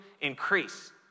increase